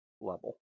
level